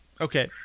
Okay